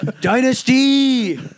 dynasty